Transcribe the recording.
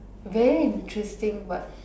very interesting but